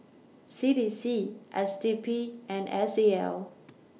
C D C S D P and S A L